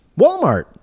Walmart